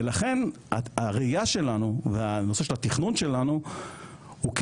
ולכן הראייה שלנו ונושא התכנון שלנו כן